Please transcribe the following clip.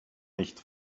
nicht